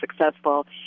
successful